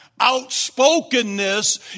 Outspokenness